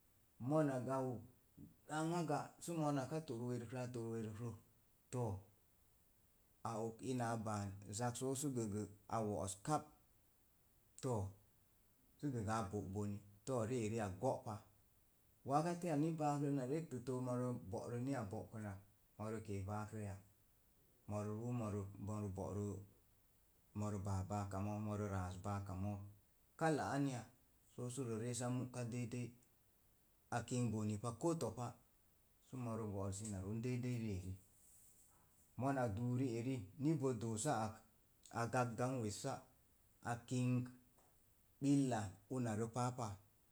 Mona gau ɗanŋa ɗa sə gə a tor warkrə, to a ok ina a báá zak sə gə gə a wo'os ka'p, sə gəgə a bo'bone rieri ak go'pa wakateya ni baakrə na rektitə bo'ro ni bokunnak morə ke̱e̱ baakrə, moro ruu moro bo'ro moro baabaka mook, rə ra̱a̱s baka mook. Kala anya sə sərə resa muka mu’ dei de’ a kink bone pa ko topa. Sə moro bo'rus ina roon dei dei ri'eri. mona duu ri'eri ni bo doosa ak á gak gan wessa a knik billa una rə paa pa.